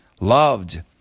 loved